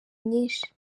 nyinshi